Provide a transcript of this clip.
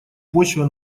почва